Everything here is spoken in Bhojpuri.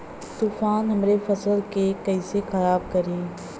तूफान हमरे फसल के कइसे खराब करी?